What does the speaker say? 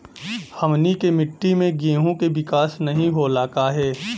हमनी के मिट्टी में गेहूँ के विकास नहीं होला काहे?